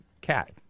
cat